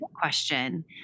question